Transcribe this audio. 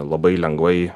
labai lengvai